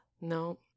No